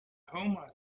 homer